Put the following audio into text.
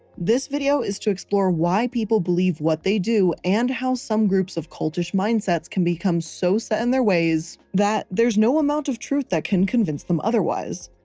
this video is to explore why people believe what they do and how some groups of cultish mindsets can become so set in their ways that there's no amount of truth that can convince them otherwise.